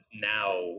now